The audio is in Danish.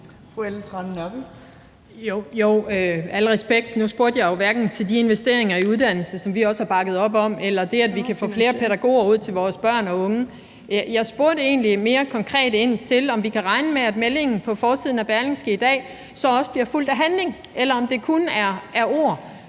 for det. Nu spurgte jeg jo hverken til de investeringer i uddannelse, som vi også har bakket op om, eller til det, at vi kan få flere pædagoger ud til vores børn og unge. Jeg spurgte egentlig mere konkret ind til, om vi kan regne med, at meldingen på forsiden af Berlingske i dag, så også bliver fulgt af handling, eller om det kun er ord.